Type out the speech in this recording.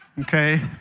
Okay